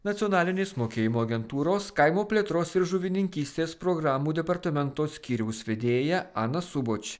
nacionalinės mokėjimo agentūros kaimo plėtros ir žuvininkystės programų departamento skyriaus vedėja ana suboč